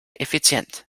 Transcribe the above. effizient